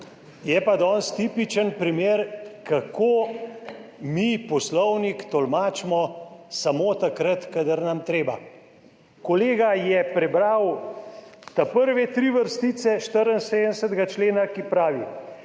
Je pa danes tipičen primer, kako mi Poslovnik tolmačimo samo takrat, kadar nam treba. Kolega je prebral prve tri vrstice 74. člena, ki pravi: